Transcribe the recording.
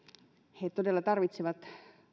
he todella tarvitsevat